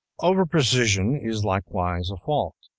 over-precision is likewise a fault.